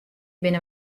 binne